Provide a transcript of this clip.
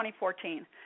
2014